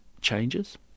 changes